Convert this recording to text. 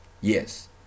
yes